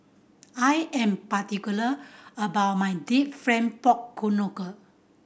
I am particular about my deep pork knuckle